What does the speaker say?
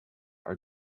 are